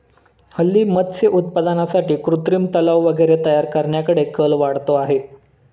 हल्ली मत्स्य उत्पादनासाठी कृत्रिम तलाव वगैरे तयार करण्याकडे कल वाढतो आहे